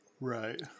Right